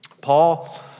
Paul